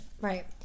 Right